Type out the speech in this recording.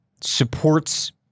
supports